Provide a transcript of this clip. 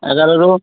ଏଗାର ରୁ